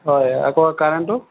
হয় আকৌ কাৰেণ্টটো